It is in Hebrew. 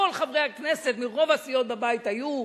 כל חברי הכנסת מרוב הסיעות בבית היו,